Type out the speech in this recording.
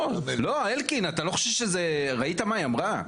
אלקין, ראית מה היא אמרה?